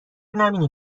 نبینی